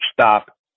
stop